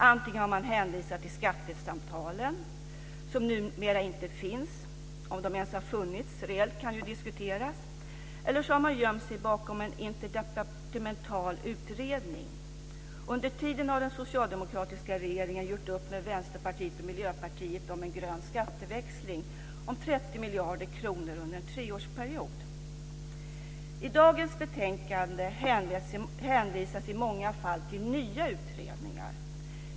Antingen har man hänvisat till skattesamtalen, som numera inte finns, om de ens har funnits reellt kan diskuteras, eller så har man gömt sig bekom en interdepartemental utredning. Under tiden har den socialdemokratiska regeringen gjort upp med Vänsterpartiet och Miljöpartiet om en grön skatteväxling om 30 miljarder kronor under en treårsperiod. I dagens betänkande hänvisas i många fall till nya utredningar.